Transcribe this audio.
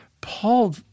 Paul